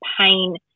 pain